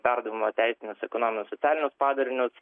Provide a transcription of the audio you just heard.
perdavimo teisinius ekonominius socialinius padarinius